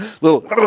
Little